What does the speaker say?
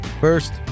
First